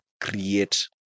create